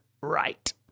right